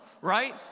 right